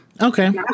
okay